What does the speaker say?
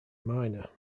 minor